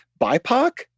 BIPOC